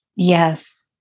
Yes